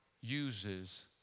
uses